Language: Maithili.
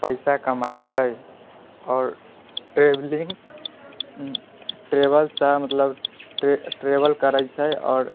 पैसा कमाइ छै और ट्रैवेलिङ्ग ट्रेवलसँ मतलब ट्रेवल करै छै आओर